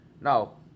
Now